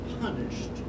punished